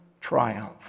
triumph